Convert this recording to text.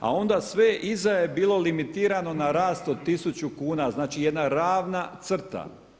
A onda sve iza je bilo limitirano na rast od 1000 kuna, znači jedna ravna crta.